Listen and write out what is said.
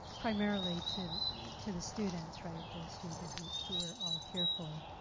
primarily to to the students, right? the students are who who we're all here for.